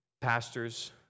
Pastors